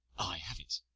i have it,